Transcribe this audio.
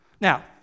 Now